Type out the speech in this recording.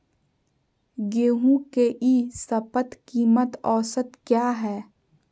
गेंहू के ई शपथ कीमत औसत क्या है?